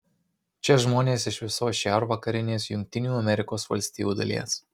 čia žmonės iš visos šiaurvakarinės jungtinių amerikos valstijų dalies